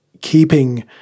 Keeping